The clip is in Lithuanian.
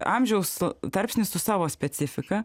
amžiaus tarpsnis su savo specifika